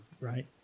right